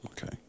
Okay